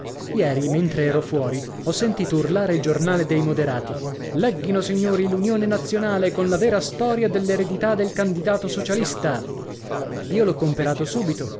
ieri mentre ero fuori ho sentito urlare il giornale dei moderati legghino signori l'unione nazionale con la vera storia dell'eredità del candidato socialista io l'ho comperato subito